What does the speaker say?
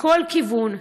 מכל כיוון,